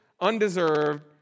undeserved